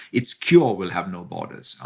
it's cure will have no borders.